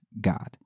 God